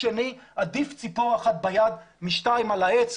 עדיף ציפור אחת ביד משתיים על העץ.